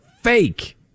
fake